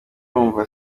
wumva